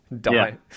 die